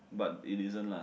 but it isn't lah